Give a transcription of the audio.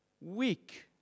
weak